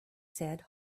said